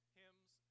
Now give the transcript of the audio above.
hymns